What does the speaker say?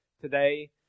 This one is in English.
today